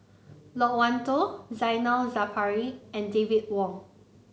Loke Wan Tho Zainal Sapari and David Wong